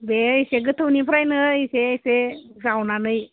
बे एसे गोथौनिफ्रायनो एसे एसे जावनानै